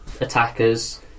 attackers